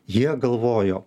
jie galvojo